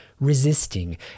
resisting